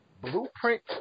Blueprint